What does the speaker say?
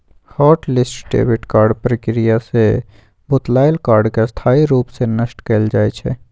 hot list debit card प्रक्रिया से भुतलायल कार्ड के स्थाई रूप से नष्ट कएल जाइ छइ